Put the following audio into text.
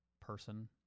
person